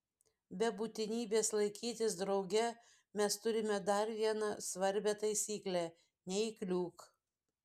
be būtinybės laikytis drauge mes turime dar vieną svarbią taisyklę neįkliūk